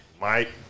Mike